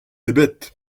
ebet